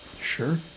Sure